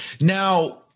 Now